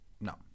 No